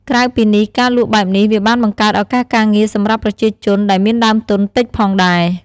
ក្រៅពីនេះ ការលក់បែបនេះវាបានបង្កើតឱកាសការងារសម្រាប់ប្រជាជនដែលមានដើមទុនតិចផងដែរ។